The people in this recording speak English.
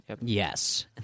Yes